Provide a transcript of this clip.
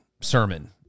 sermon